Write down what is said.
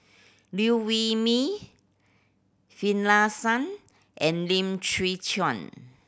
Liew Wee Mee Finlayson and Lim Chwee Chian